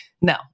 No